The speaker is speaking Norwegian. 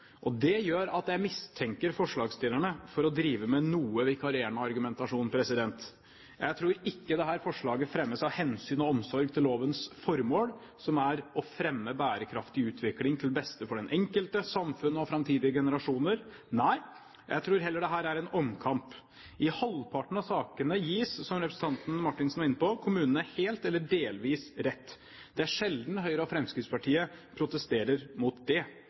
Det gjør at jeg mistenker forslagsstillerne for å drive med noe vikarierende argumentasjon. Jeg tror ikke dette forslaget fremmes av hensyn og omsorg til lovens formål: å fremme bærekraftig utvikling til beste for den enkelte, samfunnet og framtidige generasjoner. Nei, jeg tror heller dette er en omkamp. I halvparten av sakene gis, som representanten Martinsen var inne på, kommunene helt eller delvis rett. Det er sjelden Høyre og Fremskrittspartiet protesterer mot det.